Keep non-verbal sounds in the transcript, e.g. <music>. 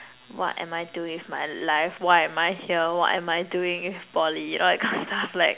what am I doing with my life why am I here what am I doing in Poly you know that kind of stuff <laughs> like